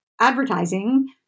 advertising